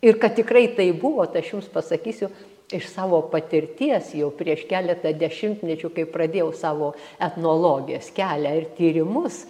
ir kad tikrai tai buvo tai aš jums pasakysiu iš savo patirties jau prieš keletą dešimtmečių kai pradėjau savo etnologės kelią ir tyrimus